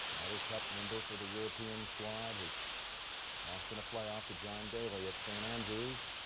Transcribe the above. ryder cup member for the european squad, who lost in a playoff to john daly at st andrews